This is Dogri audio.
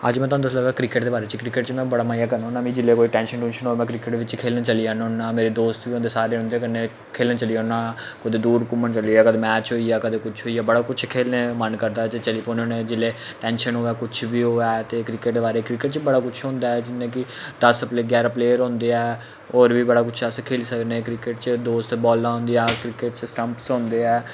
अज्ज मै तोआनू दस्सन लगा क्रिकेट दे बारे च क्रिकेट च मै बड़़ा मजा करना हुन्ना मिगी जेल्लै कोई टेंशन टुंशन होए में क्रिकेट बिच्च खेलन चली जाना होन्ना मेरे दोस्त बी औंदे सारे उन्दे कन्नै खेलन चली जाना कुतै दूर घूमन चली जाह्गा कदें मैच होई गेआ कदें कुछ होई गेआ बड़़ा कुछ खेलने मन करदा ते चली पौने हुन्ने जेल्लै टेंशन होऐ कुछ बी होऐ ते क्रिकेट दे बारे क्रिकेट च बड़ा कुछ होंदा ऐ जियां कि दस प्लेयर ग्यारह प्लेयर होंदे ऐ होर बी बड़ा कुछ अस खेली सकने क्रिकेट च दोस्त बालां हुंदियां क्रिकेट च स्टैम्प्स होंदे ऐ